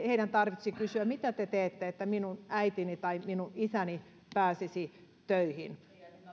tarvitsisi kysyä mitä te teette että minun äitini tai minun isäni pääsisi töihin